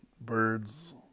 birds